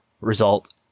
result